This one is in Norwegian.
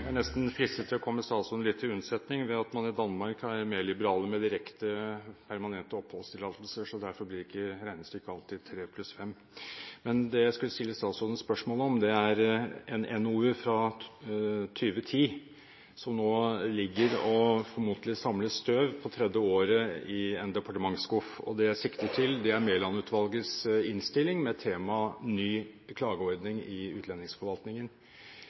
er nesten fristet til å komme statsråden litt til unnsetning, for i Danmark er man mer liberal med direkte permanent oppholdstillatelse. Derfor blir ikke regnestykket alltid tre pluss fem. Men det jeg skulle stille statsråden spørsmål om, er en NOU fra 2010, som nå ligger og formodentlig samler støv på tredje året i en departementsskuff. Det jeg sikter til, er Mæland-utvalgets innstilling med temaet ny klageordning i utlendingsforvaltningen.